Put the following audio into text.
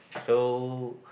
so